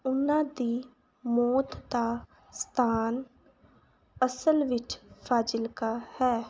ਉਹਨਾਂ ਦੀ ਮੌਤ ਦਾ ਸਥਾਨ ਅਸਲ ਵਿੱਚ ਫਾਜ਼ਿਲਕਾ ਹੈ